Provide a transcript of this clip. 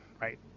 right